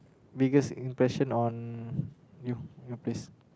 biggest impression on you you place